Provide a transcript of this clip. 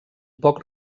poc